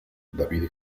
david